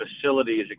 facilities